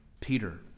Peter